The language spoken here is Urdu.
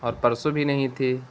اور پرسوں بھی نہیں تھی